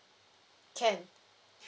can